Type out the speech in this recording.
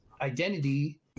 identity